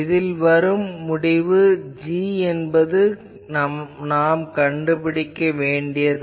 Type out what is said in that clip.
இதில் வரும் முடிவு g என்பது கண்டுபிடிக்க வேண்டியது